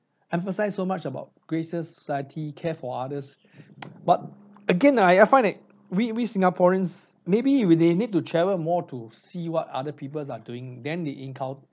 emphasize so much about graces society care for others but again ah I find that we we singaporeans maybe we they need to travel more to see what other people are doing then they inculcate